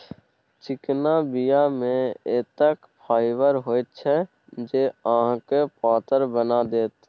चिकना बीया मे एतेक फाइबर होइत छै जे अहाँके पातर बना देत